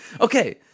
okay